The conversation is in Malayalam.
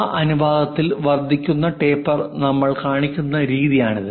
ആ അനുപാതത്തിൽ വർദ്ധിക്കുന്ന ടേപ്പർ നമ്മൾ കാണിക്കുന്ന രീതിയാണിത്